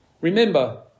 Remember